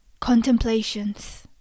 contemplations